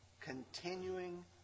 continuing